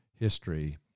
history